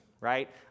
right